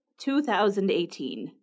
2018